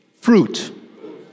fruit